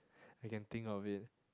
I can think of it